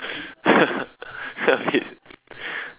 a bit